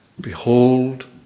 Behold